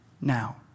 now